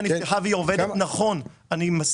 אם אני עכשיו הולך לשם, אני יכול לראות שזה פעיל?